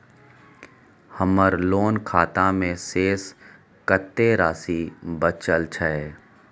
हमर लोन खाता मे शेस कत्ते राशि बचल छै?